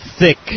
Thick